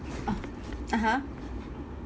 uh (uh huh)